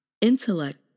Intellect